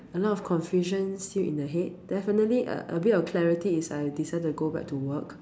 a lot of confusion still in the head definitely a a bit of clarity is I decided to go back to work